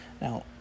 Now